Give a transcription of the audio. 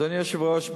אדוני היושב-ראש,